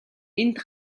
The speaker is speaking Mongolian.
энд